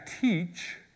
teach